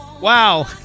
Wow